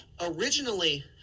Originally